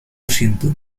siento